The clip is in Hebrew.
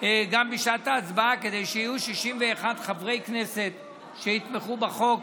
גם בשעת ההצבעה כדי שיהיו 61 חברי כנסת שיתמכו בחוק.